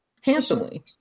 handsomely